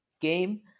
game